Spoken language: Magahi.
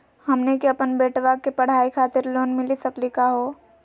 हमनी के अपन बेटवा के पढाई खातीर लोन मिली सकली का हो?